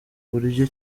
buryo